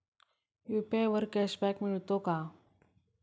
UPI वर cashback मिळतो का?